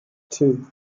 two